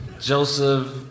Joseph